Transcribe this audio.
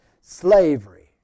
Slavery